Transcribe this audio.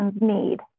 need